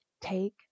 take